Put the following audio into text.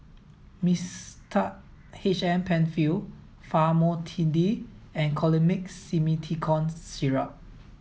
Mixtard H M Penfill Famotidine and Colimix Simethicone Syrup